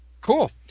cool